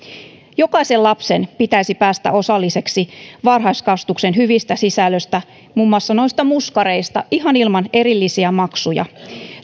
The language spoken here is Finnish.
jokaisen lapsen pitäisi päästä osalliseksi varhaiskasvatuksen hyvistä sisällöistä muun muassa noista muskareista ihan ilman erillisiä maksuja